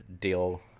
deal